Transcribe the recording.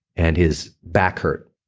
and his back hurt.